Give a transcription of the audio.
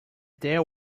there